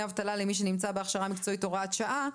אבטלה למי שנמצא בהכשרה מקצועית) (הוראת שעה),